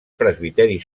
presbiteri